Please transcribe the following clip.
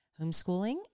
homeschooling